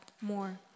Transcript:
more